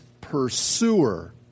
pursuer